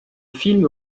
film